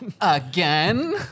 again